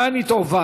לאן היא תועבר.